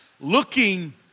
Looking